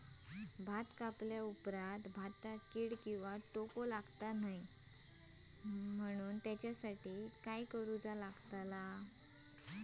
भात कापल्या ऑप्रात भाताक कीड किंवा तोको लगता काम नाय त्याच्या खाती काय करुचा?